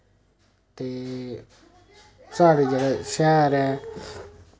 ते साढ़े जेह्ड़ा शैह्र ऐ